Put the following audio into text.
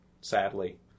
sadly